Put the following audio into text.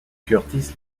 curtis